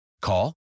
Call